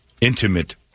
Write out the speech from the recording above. intimate